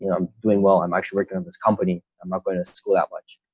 you know i'm doing well, i'm actually working on this company. i'm not going to school that much.